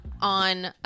on